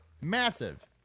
Massive